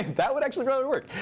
that would actually probably work.